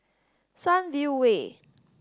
Sunview Way